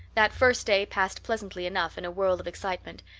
that first day passed pleasantly enough in a whirl of excitement,